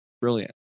brilliant